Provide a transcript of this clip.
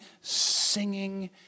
singing